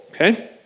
Okay